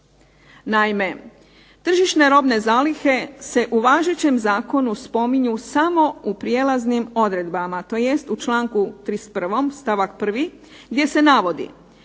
Naime, tržišne robne zalihe se u važećem zakonu spominju samo u prijelaznim odredbama, tj. u članku 31. stavak 1. gdje se navodi: